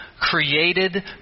created